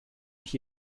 mich